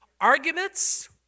Arguments